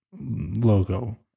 logo